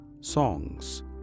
songs